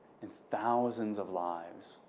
in thousands of lives.